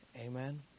Amen